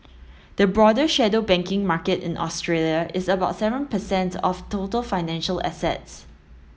the broader shadow banking market in Australia is about seven per cent of total financial assets